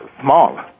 Small